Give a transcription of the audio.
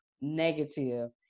negative